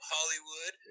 Hollywood